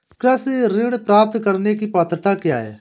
कृषि ऋण प्राप्त करने की पात्रता क्या है?